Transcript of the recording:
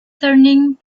turning